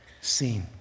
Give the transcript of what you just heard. seen